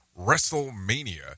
WrestleMania